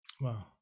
Wow